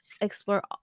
explore